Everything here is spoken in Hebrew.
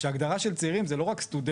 כשהגדרה של צעירים זה לא רק סטודנטים,